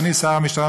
אדוני שר המשטרה,